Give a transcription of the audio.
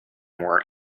more